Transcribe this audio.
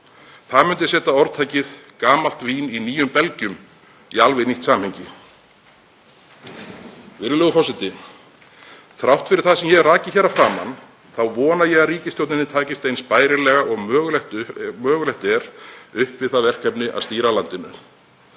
Það myndi setja orðtakið „gamalt vín á nýjum belgjum“ í alveg nýtt samhengi. Virðulegur forseti. Þrátt fyrir það sem ég hef rakið hér að framan þá vona ég að ríkisstjórninni takist eins bærilega og mögulegt er upp við það verkefni að stýra landinu.